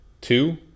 two